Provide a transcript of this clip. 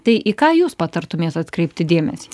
tai į ką jūs patartumėt atkreipti dėmesį